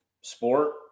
Sport